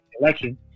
election